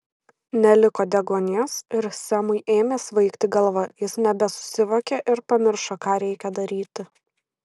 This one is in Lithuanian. neliko deguonies ir semui ėmė svaigti galva jis nebesusivokė ir pamiršo ką reikia daryti